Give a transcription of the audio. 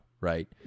right